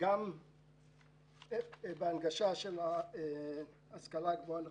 וגם בהנגשת ההשכלה הגבוהה לחרדים,